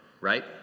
right